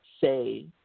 Say